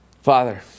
Father